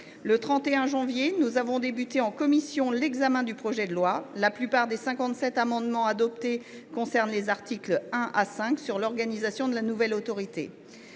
Le 31 janvier dernier, nous avons entamé en commission l’examen du projet de loi. La plupart des cinquante sept amendements adoptés concernent les articles 1 à 5 sur l’organisation de la nouvelle autorité.